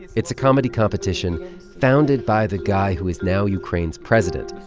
it's a comedy competition founded by the guy who is now ukraine's president,